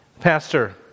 Pastor